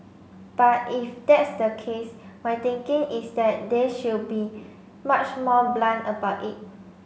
but if that's the case my thinking is that they should be much more blunt about it